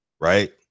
right